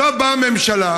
עכשיו באה הממשלה,